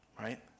right